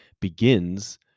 begins